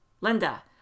Linda